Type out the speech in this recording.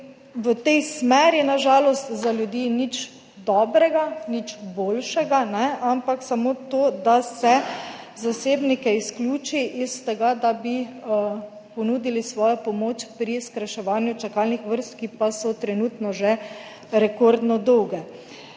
v tej smeri. Na žalost za ljudi nič dobrega, nič boljšega, ampak samo to, da se zasebnike izključi iz tega, da bi ponudili svojo pomoč pri skrajševanju čakalnih vrst, ki pa so trenutno že rekordno dolge.